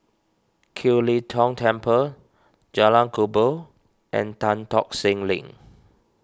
Kiew Lee Tong Temple Jalan Kubor and Tan Tock Seng Link